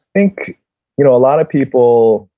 think you know a lot of people,